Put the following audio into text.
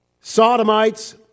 Sodomites